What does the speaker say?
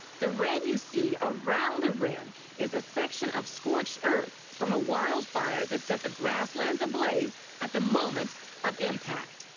the red you see around the rim is a section of scorched earth from a wildfire that set the grasslands ablaze at the moment of impact.